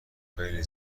خیلی